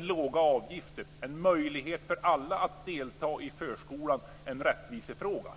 låga avgifter är en möjlighet för alla barn att delta i förskolan och en rättvisefråga?